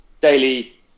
daily